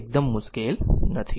એકદમ મુશ્કેલ નથી